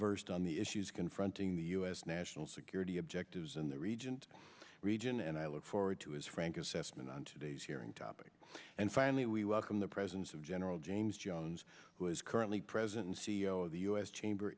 versed on the issues confronting the u s national security objectives in the region to region and i look forward to his frank assessment on today's hearing topic and finally we welcome the presence of general james jones who is currently president and c e o of the u s chamber